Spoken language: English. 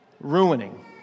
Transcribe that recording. ruining